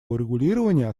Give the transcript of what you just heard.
урегулирования